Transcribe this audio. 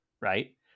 right